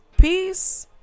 Peace